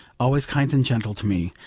always kind and gentle to me,